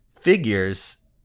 figures